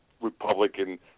Republican